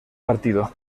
partido